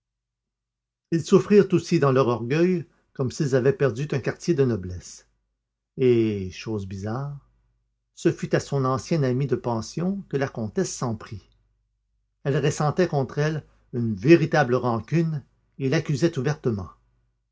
ils souffrirent aussi dans leur orgueil comme s'ils avaient perdu un quartier de noblesse et chose bizarre ce fut à son ancienne amie de pension que la comtesse s'en prit elle ressentait contre elle une véritable rancune et l'accusait ouvertement